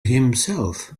himself